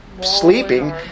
sleeping